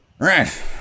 Right